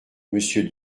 monsieur